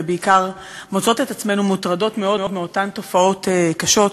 ובעיקר מוצאות את עצמנו מוטרדות מאוד מאותן תופעות קשות,